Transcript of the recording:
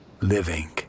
living